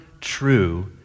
true